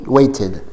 Waited